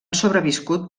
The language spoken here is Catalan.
sobreviscut